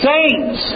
Saints